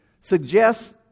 suggests